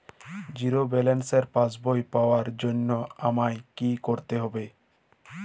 Zero ব্যালেন্সের পাসবই পাওয়ার জন্য আমায় কী করতে হবে?